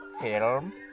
film